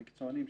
מקצוענים,